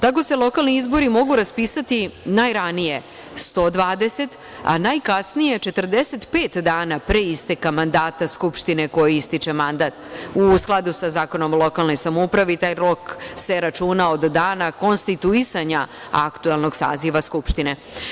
Tako se lokalni izbori mogu raspisati najranije 120, a najkasnije 45 dana pre isteka mandata skupštine kojoj ističe mandat u skladu sa Zakonom o lokalnoj samoupravi i taj rok se računa od dana konstituisanja aktuelnog saziva skupštine.